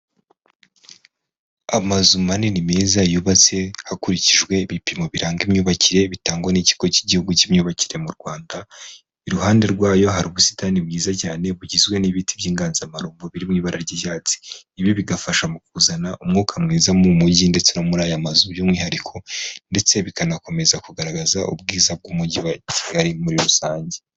Amazu manini meza yubatse hakurikijwe ibipimo biranga imyubakire bitangwa n'ikigo cy'Igihugu cy'imyubakire mu Rwanda. Iruhande rwayo hari ubusitani bwiza cyane bugizwe n'ibiti by'inganzamarumbo biri mu ibara ry'icyatsi. Ibi bigafasha mu kuzana umwuka mwiza mu mujyi ndetse no muri aya mazu by'umwihariko, ndetse bikanakomeza kugaragaza ubwiza bw'Umujyi wa Kigali muri rusange.